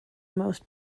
most